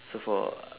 so for